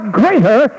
greater